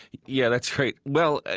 yeah, that's right. well, ah